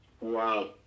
Wow